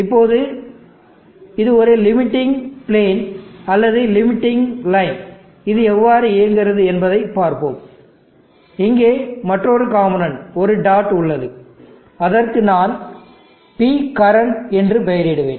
இப்போது இது ஒரு லிமிடிங் பிளேன் அல்லது லிமிடிங் லைன் இது எவ்வாறு இயங்குகிறது என்பதைப் பார்ப்போம் இங்கே மற்றொரு காம்போநெண்ட் ஒரு டாட் உள்ளது அதற்கு நான் P கரண்ட் என்று பெயரிடுவேன்